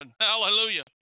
Hallelujah